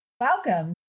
Welcome